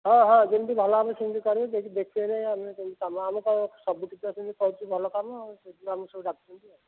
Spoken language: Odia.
ହଁ ହଁ ଯେମତି ଭଲ ହେବ ସେମିତି କରିବୁ ସେମିତି କାମ ହେବ ସବୁଠି ତ କରିଛୁ ଭଲ କାମ ସେହିଥିପାଇଁ ଆମକୁ ସବୁ ଡାକୁଛନ୍ତି ଆଉ